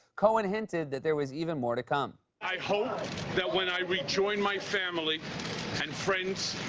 cohen hinted that there was even more to come. i hope that when i rejoin my family and friends,